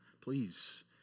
please